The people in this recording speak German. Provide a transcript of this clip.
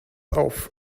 auf